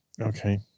Okay